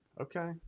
okay